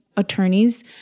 attorneys